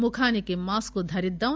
ముఖానికి మాస్కు ధరిద్లాం